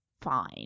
fine